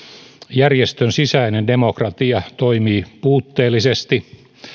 järjestön sisäinen demokratia toimii puutteellisesti